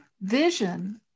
vision